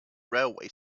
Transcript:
railway